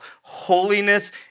holiness